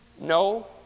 No